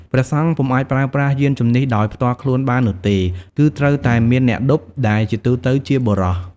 ព្រះសង្ឃពុំអាចប្រើប្រាស់យានជំនិះដោយផ្ទាល់ខ្លួនបាននោះទេ គឺត្រូវតែមានអ្នកឌុប ដែលជាទូទៅជាបុរស។